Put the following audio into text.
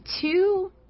two